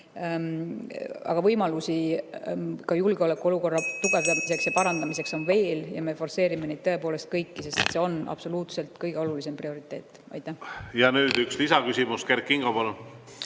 Aga võimalusi ka julgeolekuolukorra tugevdamiseks ja parandamiseks on veel ja me forsseerime neid tõepoolest kõiki, sest see on absoluutselt kõige olulisem, prioriteet. Ja nüüd üks lisaküsimus. Kert Kingo,